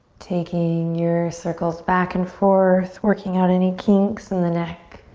taking your circles back and forth, working out any kinks in the neck,